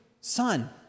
son